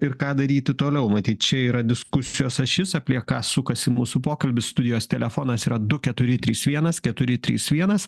ir ką daryti toliau matyt čia yra diskusijos ašis apie ką sukasi mūsų pokalbis studijos telefonas yra du keturi trys vienas keturi trys vienas